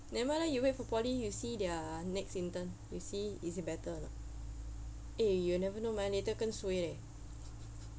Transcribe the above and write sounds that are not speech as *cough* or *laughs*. nevermind lah you wait for poly you see their next intern you see is it better or not eh you never know man later 更 suay leh *laughs*